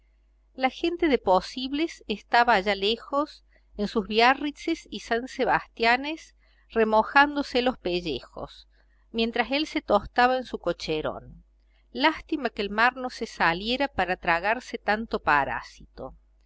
la gente de posibles estaba allá lejos en sus biarritces y san sebastianes remojándose los pellejos mientras él se tostaba en su cocherón lástima que el mar no se saliera para tragarse tanto parásito